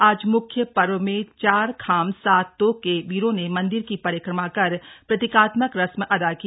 आज मुख्य पर्व में चार खाम सात तोक के वीरों ने मंदिर की परिक्रमा कर प्रतीकात्मक रस्म अदा की